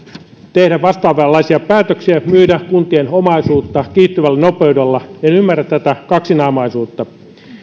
tehdä vastaavanlaisia päätöksiä kuntien omaisuutta kiihtyvällä nopeudella en en ymmärrä tätä kaksinaamaisuutta tällä hetkellä